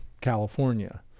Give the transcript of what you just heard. California